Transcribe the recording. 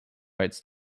rights